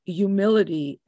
humility